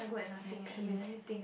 my paint